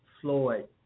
Floyd